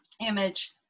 image